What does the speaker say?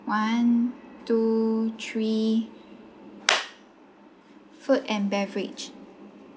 one two three food and beverage